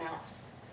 else